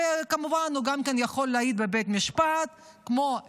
וכמובן הוא גם כן יכול להעיד בבית משפט כמו אזרח,